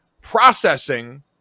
processing